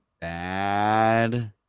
bad